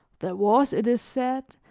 there was, it is said,